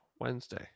Wednesday